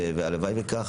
והלוואי שככה,